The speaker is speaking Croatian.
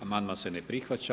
Amandman se ne prihvaća.